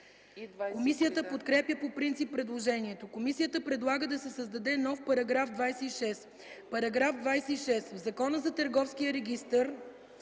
Комисията подкрепя по принцип предложението. Комисията предлага да се създаде нов § 26: „§ 26. В Закона за Търговския регистър